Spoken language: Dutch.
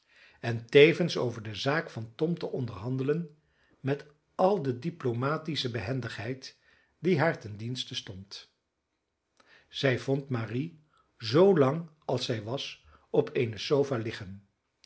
en tevens over de zaak van tom te onderhandelen met al de diplomatische behendigheid die haar ten dienste stond zij vond marie zoo lang als zij was op eene sofa liggen